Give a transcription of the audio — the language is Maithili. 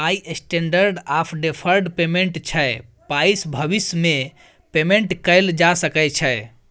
पाइ स्टेंडर्ड आफ डेफर्ड पेमेंट छै पाइसँ भबिस मे पेमेंट कएल जा सकै छै